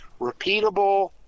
repeatable